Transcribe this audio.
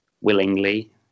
willingly